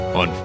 on